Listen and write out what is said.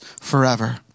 forever